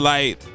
Light